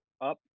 up